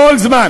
כל זמן